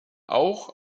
auch